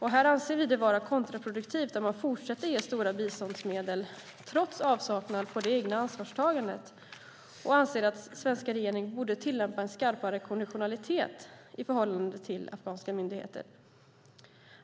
Här anser vi det vara kontraproduktivt att fortsätta ge stora biståndsmedel, trots avsaknad av eget ansvarstagande, och att den svenska regeringen borde tillämpa en skarpare konditionalitet i förhållande till afghanska myndigheter.